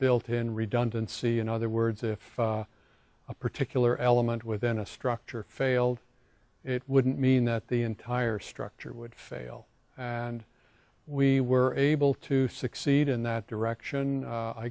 built in redundancy in other words if a particular element within a structure failed it wouldn't mean that the entire structure would fail and we were able to succeed in that direction